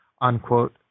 unquote